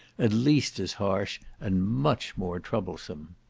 at least as harsh and much more troublesome.